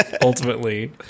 ultimately